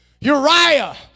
Uriah